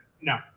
No